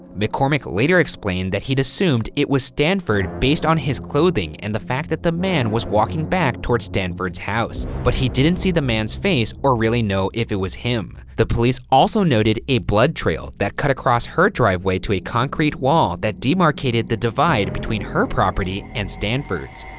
mccormick later explained that he'd assumed it was stanford based on his clothing and the fact that the man was walking back toward stanford's house. but he didn't see the man's face or really know if it was him. the police also noted a blood trail that cut across her driveway to a concrete wall that demarcated the divide between her property and stanford's.